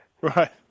Right